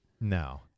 No